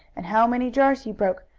and how many jars he broke,